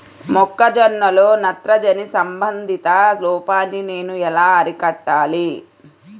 మొక్క జొన్నలో నత్రజని సంబంధిత లోపాన్ని నేను ఎలా అరికట్టాలి?